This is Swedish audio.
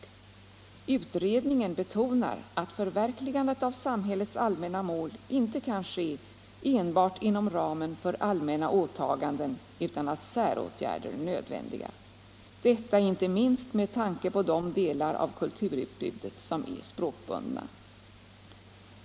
Utredningen betonar att förverkligandet av samhällets allmänna mål inte kan ske enbart inom ramen för allmänna åtåganden utan att säråtgärder är nödvändiga, detta inte minst med tanke på de delar av kulturutbudet som är språkbundna.